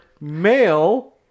male